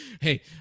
Hey